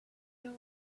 your